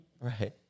right